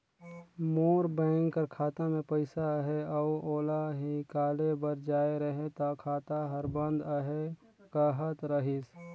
मोर bank कर खाता में पइसा अहे अउ ओला हिंकाले बर जाए रहें ता खाता हर बंद अहे कहत रहिस